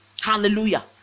Hallelujah